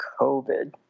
COVID